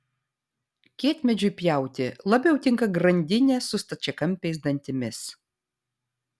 kietmedžiui pjauti labiau tinka grandinė su stačiakampiais dantimis